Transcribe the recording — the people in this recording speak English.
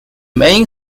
main